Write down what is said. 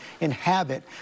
inhabit